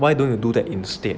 why don't you do that instead